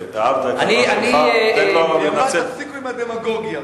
אז השופטת דורנר אמרה: תפסיקו עם הדמגוגיה.